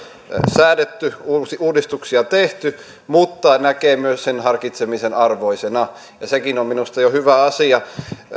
säädetty uudistuksia tehty mutta näkee myös sen harkitsemisen arvoisena ja sekin jo on minusta hyvä asia